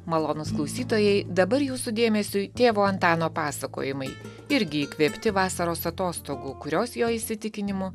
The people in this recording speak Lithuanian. malonūs klausytojai dabar jūsų dėmesiui tėvo antano pasakojimai irgi įkvėpti vasaros atostogų kurios jo įsitikinimu